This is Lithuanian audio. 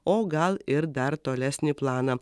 o gal ir dar tolesnį planą